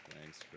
Thanks